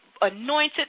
anointed